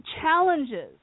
Challenges